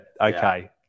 okay